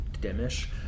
dim-ish